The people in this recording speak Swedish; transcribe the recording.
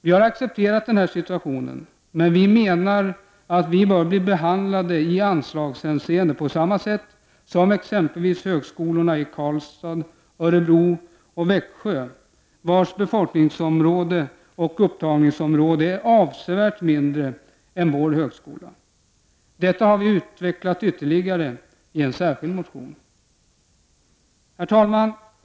Vi har accepterat denna situation men menar att vi bör bli behandlade i anslagshänseende på samma sätt som exempelvis högskolorna i Karlstad, Örebro och Växsjö, vilkas befolkning och upptagningsområden är avsevärt mindre än vår högskolas. Detta har vi utvecklat ytterligare i en särskild motion. Herr talman!